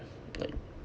like